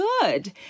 good